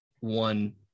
one